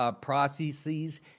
processes